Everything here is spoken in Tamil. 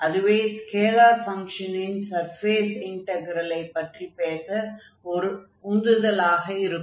அதுவே ஸ்கேலார் ஃபங்ஷனின் சர்ஃபேஸ் இன்டக்ரெலை பற்றி பேச ஓர் உந்துதலாக இருக்கும்